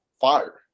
fire